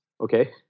okay